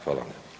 Hvala.